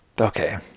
okay